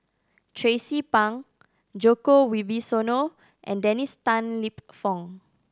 Tracie Pang Djoko Wibisono and Dennis Tan Lip Fong